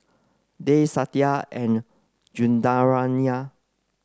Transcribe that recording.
Dev Satya and